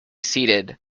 seated